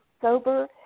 sober